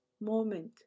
moment